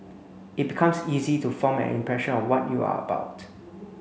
it becomes easy to form an impression of what you are about